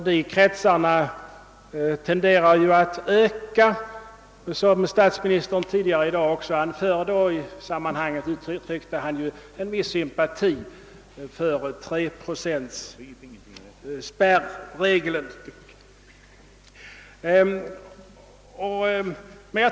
Dessa kretsar tenderar att öka som statsministern tidigare i dag anförde. I sammanhanget uttryckte han också en viss sympati för 3-procentsspärregeln.